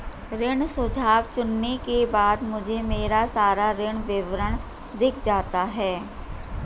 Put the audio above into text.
ऋण सुझाव चुनने के बाद मुझे मेरा सारा ऋण विवरण दिख जाता है